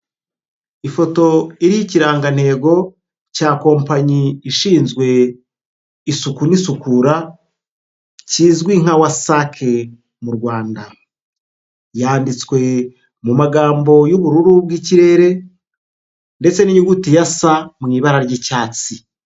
Ifoto iriho ikirangantego cya kompanyi ishinzwe isuku n'isukura, kizwi nka wasake mu Rwanda. Yanditswe mu magambo y'ubururu bw'ikirere ndetse n'inyuguti ya s mu ibara ry'cyatsi.